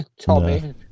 Tommy